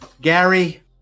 Gary